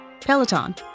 Peloton